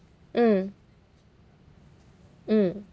mm mm